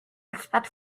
expect